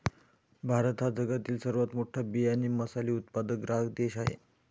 भारत हा जगातील सर्वात मोठा बियांचे मसाले उत्पादक ग्राहक देश आहे